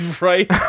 right